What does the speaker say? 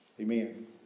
Amen